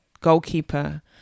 goalkeeper